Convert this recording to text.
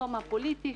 המחסום הפוליטי,